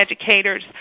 educators